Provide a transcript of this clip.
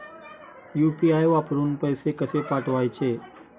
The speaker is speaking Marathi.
यु.पी.आय वरून पैसे कसे पाठवायचे?